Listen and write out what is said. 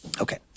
Okay